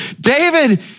David